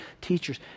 teachers